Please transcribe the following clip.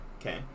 okay